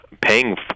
paying